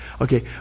okay